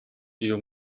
you